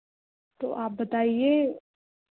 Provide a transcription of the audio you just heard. तो आप बताइए